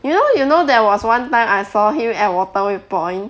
you know you know there was one time I saw him at waterway point